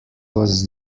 was